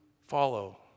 follow